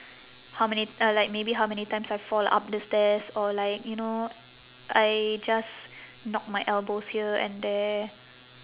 how many uh like maybe how many times I fall up the stairs or like you know I just knock my elbows here and there